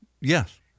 Yes